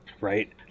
Right